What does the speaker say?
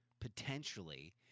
potentially